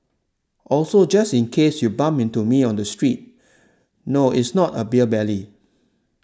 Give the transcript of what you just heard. also just in case you bump into me on the streets no it's not a beer belly